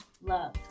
love